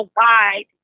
wide